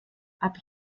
aber